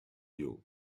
you